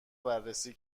بررسی